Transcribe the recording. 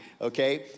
okay